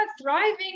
thriving